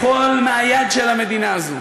התשע"ו 2016,